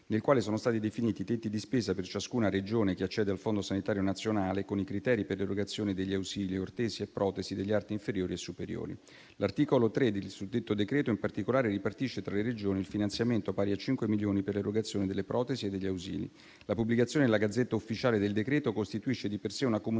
nel quale sono stati definiti tetti di spesa per ciascuna Regione che accede al Fondo sanitario nazionale con i criteri per l'erogazione degli ausili, ortesi e protesi degli arti inferiori e superiori. L'articolo 3 del suddetto decreto, in particolare, ripartisce tra le Regioni il finanziamento pari a 5 milioni per l'erogazione delle protesi e degli ausili. La pubblicazione nella *Gazzetta Ufficiale* del decreto costituisce di per sé una comunicazione